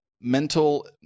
mental